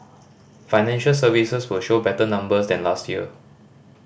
financial services will show better numbers than last year